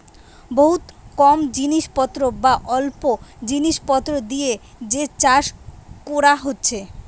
বহুত কম জিনিস পত্র বা অল্প জিনিস পত্র দিয়ে যে চাষ কোরা হচ্ছে